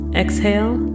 exhale